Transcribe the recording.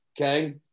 okay